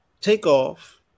Takeoff